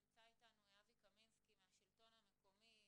נמצא אתנו אבי קמינסקי מהשלטון המקומי,